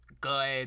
good